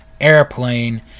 airplane